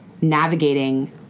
navigating